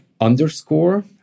underscore